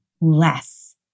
less